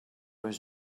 was